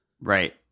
right